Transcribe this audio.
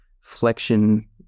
flexion